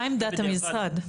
מה עמדת המשרד?